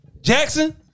Jackson